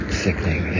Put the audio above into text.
sickening